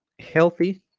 healthy